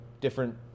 different